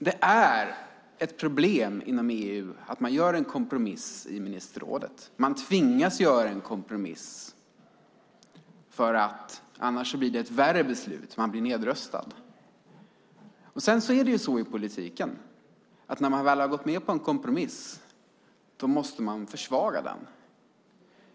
Det är ett problem inom EU att man gör en kompromiss i ministerrådet. Man tvingas göra en kompromiss, för annars blir det ett värre beslut. Man blir nedröstad. Sedan är det så i politiken att när man väl har gått med på en kompromiss måste man försvara den.